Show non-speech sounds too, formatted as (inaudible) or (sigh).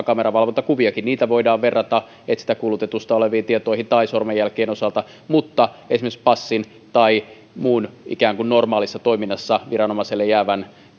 (unintelligible) kameravalvontakuviakin niitä voidaan verrata etsintäkuulutetusta oleviin tietoihin tai sormenjälkien osalta mutta esimerkiksi passia tai muuta ikään kuin normaalissa toiminnassa viranomaiselle jäävää